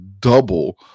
double